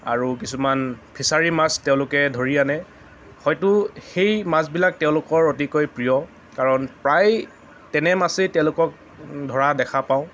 আৰু কিছুমান ফিচাৰী মাছ তেওঁলোকে ধৰি আনে হয়তো সেই মাছবিলাক তেওঁলোকৰ অতিকৈ প্ৰিয় কাৰণ প্ৰায় তেনে মাছেই তেওঁলোকক ধৰা দেখা পাওঁ